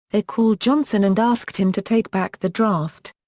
they called johnson and asked him to take back the draft.